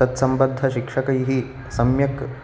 तत्सम्बद्ध शिक्षकैः सम्यक्